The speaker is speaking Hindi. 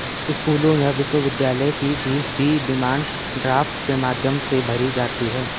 स्कूलों या विश्वविद्यालयों की फीस भी डिमांड ड्राफ्ट के माध्यम से भरी जाती है